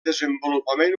desenvolupament